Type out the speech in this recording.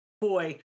Boy